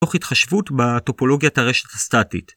מתוך התחשבות בטופולוגיית הרשת הסטטית.